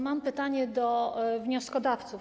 Mam pytanie do wnioskodawców.